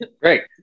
Great